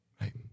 Right